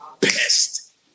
pissed